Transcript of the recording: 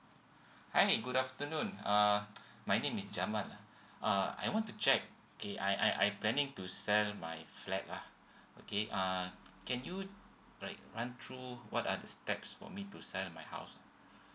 hi good afternoon uh my name is jamal ah uh I want to check okay I I I planning to sell my flat lah okay uh can you like run through what are the steps for me to sell my house